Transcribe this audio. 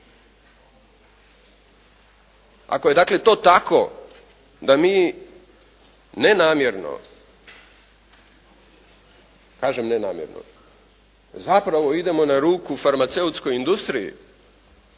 dakle, to tako da mi nenamjerno, kažem nenamjerno zapravo idemo na ruku farmaceutskoj industriji